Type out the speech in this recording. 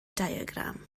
diagram